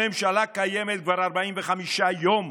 הממשלה קיימת כבר 45 יום,